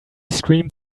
screamed